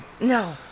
no